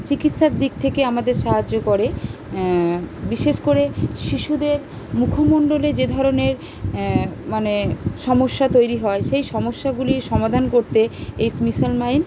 চিকিৎসার দিক থেকে আমাদের সাহায্য করে বিশেষ করে শিশুদের মুখমণ্ডলে যে ধরনের মানে সমস্যা তৈরি হয় সেই সমস্যাগুলির সমাধান করতে এই মিশন স্মাইল